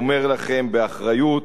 אומר לכם באחריות: